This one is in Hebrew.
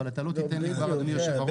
אבל אתה לא תיתן לי אדוני יושב הראש.